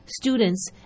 students